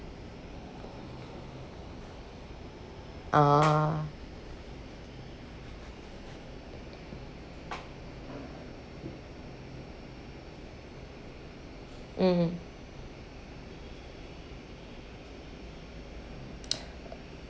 ah mm